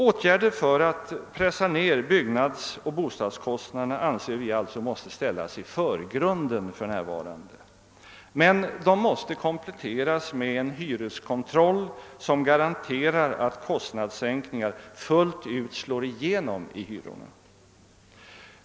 Åtgärder för att pressa ned byggnadsoch bostadskostnaderna anser vi alltså måste ställas i förgrunden. Men de måste kompletteras med en hyreskontroll som garanterar att kostnadssänkningarna fullt ut slår igenom i hyrorna.